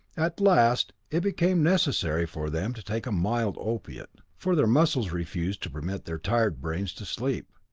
at last it became necessary for them to take a mild opiate, for their muscles refused to permit their tired brains to sleep.